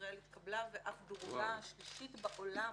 ישראל התקבלה ואף דורגה השלישית בעולם